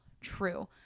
true